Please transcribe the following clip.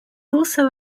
also